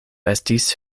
estis